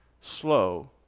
slow